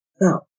Now